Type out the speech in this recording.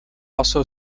also